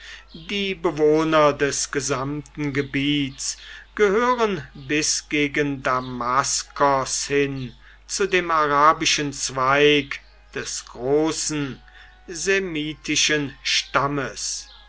die bewohner des gesamten gebiets gehören bis gegen damaskos hin zu dem arabischen zweig des großen semitischen stammes